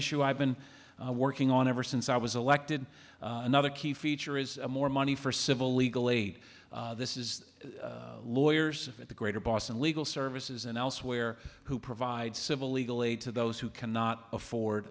issue i've been working on ever since i was elected another key feature is more money for civil legal aid this is lawyers at the greater boston legal services and elsewhere who provide civil legal aid to those who cannot afford